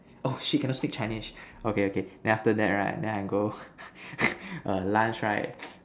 oh shit cannot speak Chinese okay okay then after that right then I go err lunch right